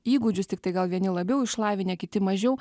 įgūdžius tiktai gal vieni labiau išlavinę kiti mažiau